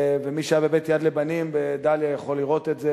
ומי שהיה בבית "יד לבנים" בדאליה יכול לראות את זה,